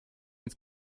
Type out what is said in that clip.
ins